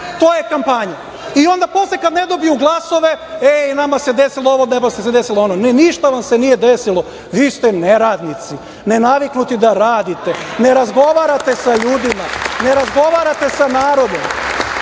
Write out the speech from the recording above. to je kampanja. Onda posle kad ne dobiju glasove – e, nama se desilo ovo, nama se desilo ono. Ne, ništa vam se nije desilo, vi ste neradnici, nenaviknuti da radite. Ne razgovarate sa ljudima, ne razgovarate sa narodom. Drugo,